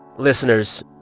listeners,